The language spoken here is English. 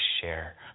share